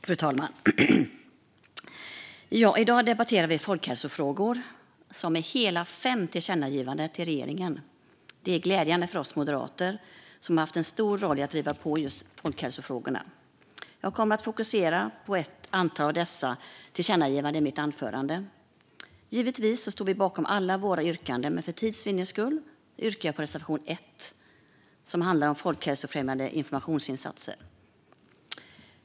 Fru talman! I dag debatterar vi folkhälsofrågor och ett betänkande med hela fem tillkännagivanden till regeringen. Detta är glädjande för oss moderater, som har haft en stor roll i att driva på i folkhälsofrågorna. Jag kommer att fokusera på ett antal av dessa tillkännagivanden i mitt anförande. Givetvis står vi bakom alla våra yrkanden, men för tids vinnande yrkar jag bifall endast till reservation 1, som handlar om folkhälsofrämjande informationsinsatser.